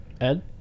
Ed